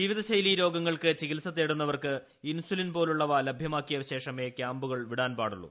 ജീവിതശൈലി രോഗങ്ങൾക്ക് ചികിത്സ തേടുന്നവർ ഇൻസുലിൻ പോലുള്ളവ ലഭ്യമാക്കിയശേഷമേ ക്യാമ്പുകൾ വിടാൻ പാടുള്ളൂ